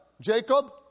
Jacob